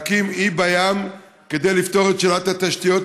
להקים אי בים כדי לפתור את שאלת התשתיות,